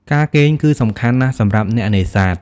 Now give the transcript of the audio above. ការគេងគឺសំខាន់ណាស់សម្រាប់អ្នកនេសាទ។